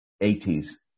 eighties